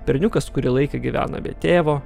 berniukas kurį laiką gyvena be tėvo